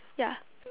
ya